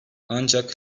ancak